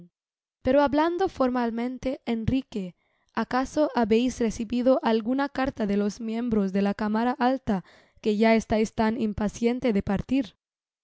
pero hablando formalmente enrique acaso habeis recibido alguna carta de los miembros de la cámara alta que ya estais tan impaciente de partir